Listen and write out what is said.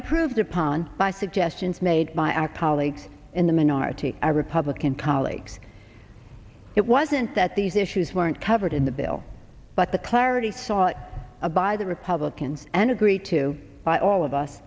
improved upon by suggestions made by our colleagues in the minority our republican colleagues it wasn't that these issues weren't covered in the bill but the clarity sought by the republicans and agreed to by all of us